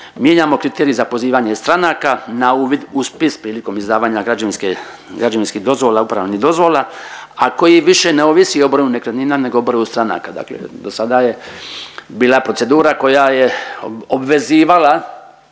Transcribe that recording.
Mijenjamo kriterij za pozivanje stranka na uvid u spisi prilikom izdavanja građevinskih dozvola i uporabnih dozvola, a koji više ne ovisi o broju nekretnina nego o broju stranaka. Dakle, do sada je bila procedura koja je obvezivala